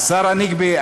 השר הנגבי,